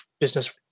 business